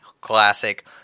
classic